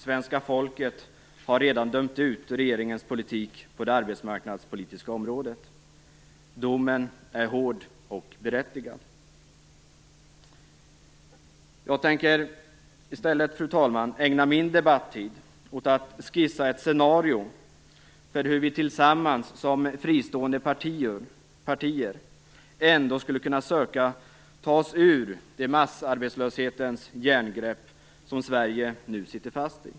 Svenska folket har redan dömt ut regeringens politik på det arbetsmarknadspolitiska området. Domen är hård och berättigad. Jag tänker i stället, fru talman, ägna min debattid åt att skissa ett scenario för hur vi tillsammans som fristående partier skulle kunna söka ta oss ur det massarbetslöshetens järngrepp som Sverige nu sitter fast i.